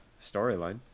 storyline